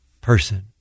person